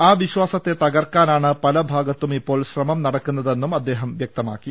ആ വിശ്വാസത്തെ തകർക്കാനാണ് പല ഭാഗത്തും ഇപ്പോൾ ശ്രമം നടക്കുന്നതെന്നും അദ്ദേഹം വൃക്തമാക്കി